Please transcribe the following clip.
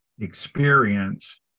experience